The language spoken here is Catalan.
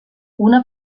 una